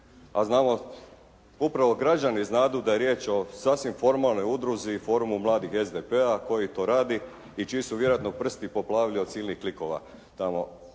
A znamo, upravo građani znadu da je riječ o sasvim formalnoj udruzi i forumu mladih SDP-a koji to radi i čiji su vjerojatno prsti poplavili od silnih klikova tamo.